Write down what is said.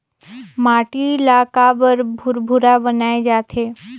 माटी ला काबर भुरभुरा बनाय जाथे?